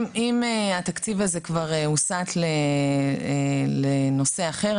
אם התקציב הזה כבר הוסט לנושא אחר,